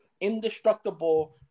indestructible